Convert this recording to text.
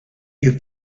you